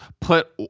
put